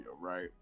right